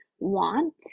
Want